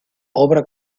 obra